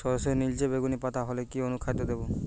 সরর্ষের নিলচে বেগুনি পাতা হলে কি অনুখাদ্য দেবো?